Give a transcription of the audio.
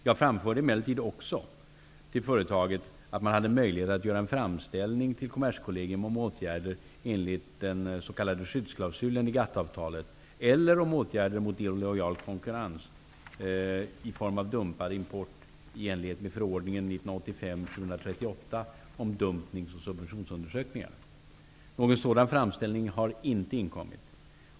Jag framförde emellertid också till företaget att man hade möjlighet att göra en framställning till Någon sådan framställning har inte inkommit.